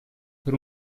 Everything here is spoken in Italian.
per